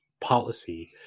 policy